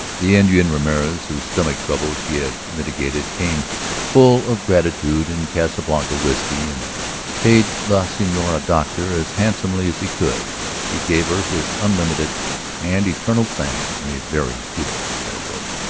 the indian ramorez whose stomach trouble she had mitigated came full of gratitude and casa blanca whiskey and paid la senorita doctor as handsomely as he could he gave her his unlimited and eternal thanks and a very beautiful hair rope.